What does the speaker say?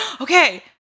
okay